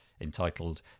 entitled